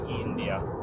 India